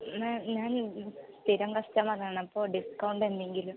മാം ഞാൻ സ്ഥിരം കസ്റ്റമർ ആണ് അപ്പോൾ ഡിസ്കൌണ്ട് എന്തെങ്കിലും